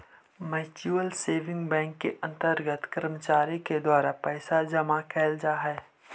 mutual saving bank के अंतर्गत कर्मचारी के द्वारा पैसा जमा कैल जा हइ